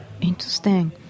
Interesting